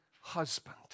husband